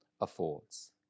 affords